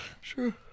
Sure